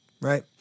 Right